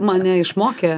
mane išmokė